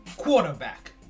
quarterback